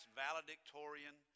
valedictorian